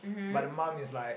but the mum is like